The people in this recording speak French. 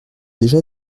déjà